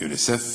יוניסף.